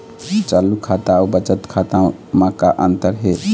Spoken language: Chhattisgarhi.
चालू खाता अउ बचत खाता म का अंतर हे?